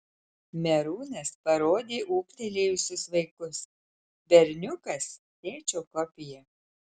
merūnas parodė ūgtelėjusius vaikus berniukas tėčio kopija